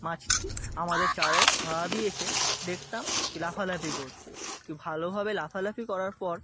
মাছটি আমাদের চারায় ধরা দিয়েছে দেখতাম কী লাফালাফি করছে ই ভালোভাবে লাফালাফি করার পর